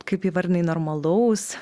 kaip įvardinai normalaus